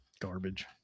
Garbage